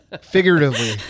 Figuratively